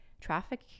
traffic